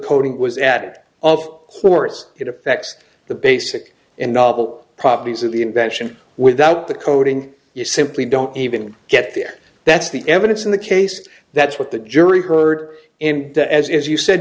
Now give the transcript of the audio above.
coating was at of course it affects the basic and novel properties of the invention without the coating you simply don't even get there that's the evidence in the case that's what the jury heard and as as you said